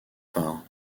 phares